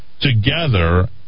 together